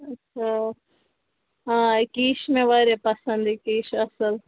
اچھا آ یِکیاہ یہِ چھُ مےٚ واریاہ پَسنٛد یہِ کیش اَصٕل